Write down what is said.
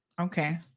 Okay